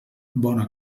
bona